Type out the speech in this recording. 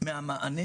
מהמענה